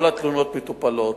כל התלונות מטופלות.